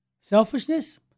Selfishness